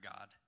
God